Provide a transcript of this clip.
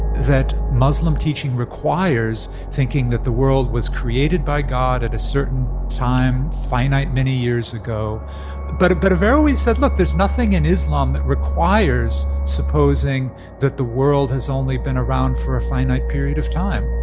that muslim teaching requires thinking that the world was created by god at a certain time, finite many years ago but but averroes said, look there's nothing in islam that requires supposing that the world has only been around for a finite period of time.